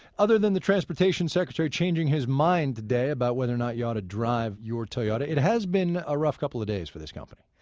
other than the transportation secretary changing his mind today about whether or not you ought to drive your toyota, it has been a rough couple of days for this company.